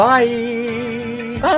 Bye